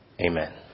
Amen